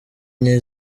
nke